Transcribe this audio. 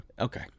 Okay